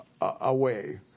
away